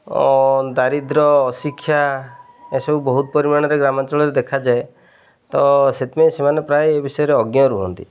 ଦାରିଦ୍ର୍ୟ ଅଶିକ୍ଷା ଏସବୁ ବହୁତ ପରିମାଣରେ ଗ୍ରାମାଞ୍ଚଳରେ ଦେଖାଯାଏ ତ ସେଥିପାଇଁ ସେମାନେ ପ୍ରାୟ ଏ ବିଷୟରେ ଅଜ୍ଞ ରୁହନ୍ତି